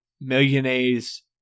millionaires